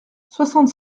soixante